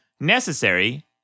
necessary